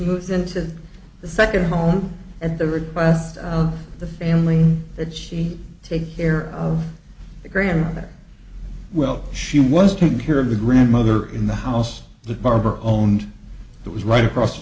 moves into the second home at the request of the family that she takes care of the grandmother well she was taking care of the grandmother in the house the barber owned that was right across the